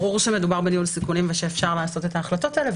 ברור שמדובר בניהול סיכונים ושאפשר לעשות את ההחלטות האלה,